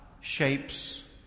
shapes